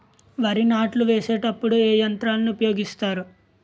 వరి నాట్లు వేసేటప్పుడు ఏ యంత్రాలను ఉపయోగిస్తారు?